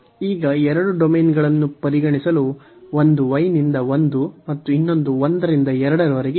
ಈಗ ಎರಡು ಡೊಮೇನ್ಗಳನ್ನು ಪರಿಗಣಿಸಲು ಒಂದು y ನಿಂದ 1 ಮತ್ತು ಇನ್ನೊಂದು 1 ರಿಂದ 2 ರವರೆಗೆ ಇತ್ತು